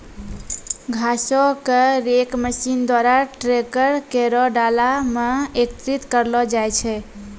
घासो क rake machine द्वारा ट्रैकर केरो डाला म एकत्रित करलो जाय छै